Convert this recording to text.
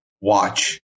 watch